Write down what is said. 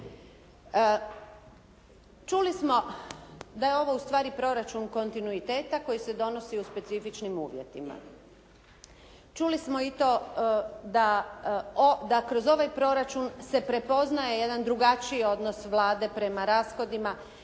Čuli smo da je ovo ustvari proračun kontinuiteta koji se donosi u specifičnim uvjetima. Čuli smo i to da kroz ovaj proračun se prepoznaje jedan drugačiji odnos Vlade prema rashodima,